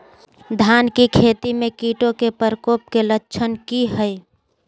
धान की खेती में कीटों के प्रकोप के लक्षण कि हैय?